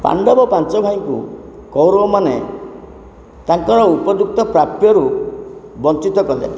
ପାଣ୍ଡବ ପାଞ୍ଚଭାଇଙ୍କୁ କୌରବମାନ ତାଙ୍କର ଉପଯୁକ୍ତ ପ୍ରାପ୍ୟରୁ ବଞ୍ଚିତ କଲେ